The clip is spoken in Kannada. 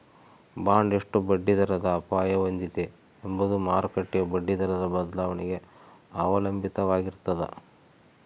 ಬಾಂಡ್ ಎಷ್ಟು ಬಡ್ಡಿದರದ ಅಪಾಯ ಹೊಂದಿದೆ ಎಂಬುದು ಮಾರುಕಟ್ಟೆಯ ಬಡ್ಡಿದರದ ಬದಲಾವಣೆಗೆ ಅವಲಂಬಿತವಾಗಿರ್ತದ